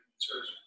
church